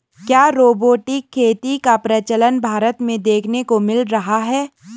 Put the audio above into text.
क्या रोबोटिक खेती का प्रचलन भारत में देखने को मिल रहा है?